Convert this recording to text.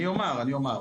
אני אומר, אני אומר.